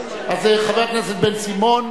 חבר הכנסת בן-סימון.